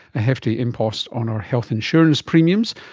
a hefty impost on our health insurance premiums,